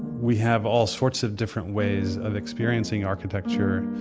we have all sorts of different ways of experiencing architecture,